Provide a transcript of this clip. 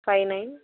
five nine